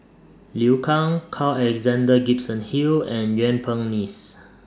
Liu Kang Carl Alexander Gibson Hill and Yuen Peng Neice